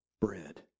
bread